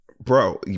Bro